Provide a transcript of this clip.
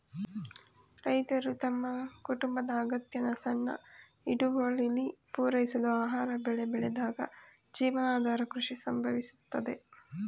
ರೈತರು ತಮ್ಮ ಕುಟುಂಬದ ಅಗತ್ಯನ ಸಣ್ಣ ಹಿಡುವಳಿಲಿ ಪೂರೈಸಲು ಆಹಾರ ಬೆಳೆ ಬೆಳೆದಾಗ ಜೀವನಾಧಾರ ಕೃಷಿ ಸಂಭವಿಸುತ್ತದೆ